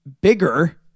bigger